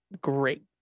great